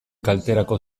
kalterako